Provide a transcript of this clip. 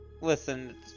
listen